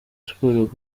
sport